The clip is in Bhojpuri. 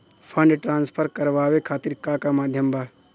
फंड ट्रांसफर करवाये खातीर का का माध्यम बा?